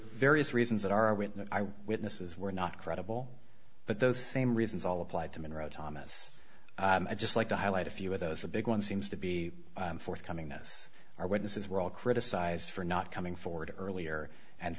various reasons that our witness witnesses were not credible but those same reasons all applied to monroe thomas i just like to highlight a few of those the big one seems to be forthcoming this our witnesses were all criticized for not coming forward earlier and